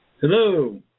Hello